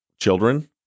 children